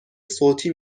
صوتی